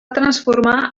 transformar